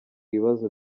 ibibazo